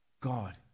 God